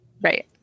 Right